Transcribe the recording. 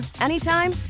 anytime